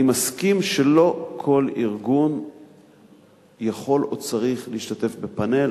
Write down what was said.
אני מסכים שלא כל ארגון יכול או צריך להשתתף בפאנל.